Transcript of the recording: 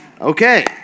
okay